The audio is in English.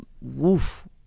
woof